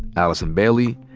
allison bailey,